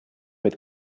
mit